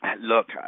Look